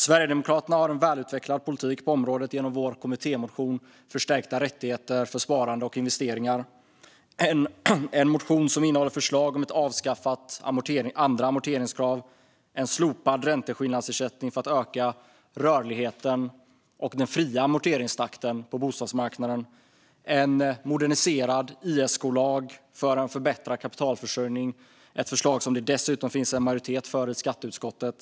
Sverigedemokraterna har en välutvecklad politik på området genom vår kommittémotion Förstärkta rättigheter för sparande och investeringar . Det är en motion som innehåller förslag om ett avskaffat andra amorteringskrav och en slopad ränteskillnadsersättning för att öka rörligheten på bostadsmarknaden och den frivilliga amorteringstakten. Det finns förslag om en moderniserad ISK-lag för en förbättrad kapitalförsörjning. Det är ett förslag som det dessutom finns en majoritet för i skatteutskottet.